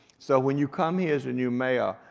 so when you come here as a new mayor,